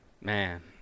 Man